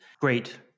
Great